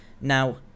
Now